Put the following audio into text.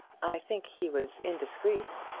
i think he was indiscreet.